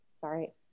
Sorry